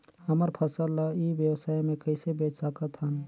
हमर फसल ल ई व्यवसाय मे कइसे बेच सकत हन?